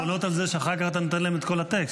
בונות על זה שאחר כך אתה נותן להן את כל הטקסט.